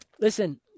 listen